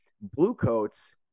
Bluecoats